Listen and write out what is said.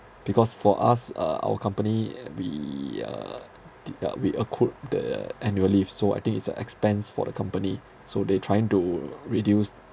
because for us uh our company we are the uh we accrued the annual leave so I think it's a expense for the company so they trying to reduced